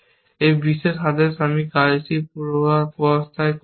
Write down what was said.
এই বিশেষ আদেশ আমি কাজ পূর্বাবস্থায় করছি